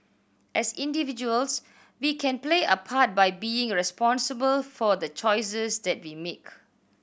as individuals we can play a part by being responsible for the choices that we make